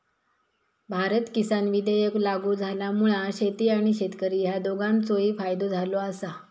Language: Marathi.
भारत किसान विधेयक लागू झाल्यामुळा शेती आणि शेतकरी ह्या दोघांचोही फायदो झालो आसा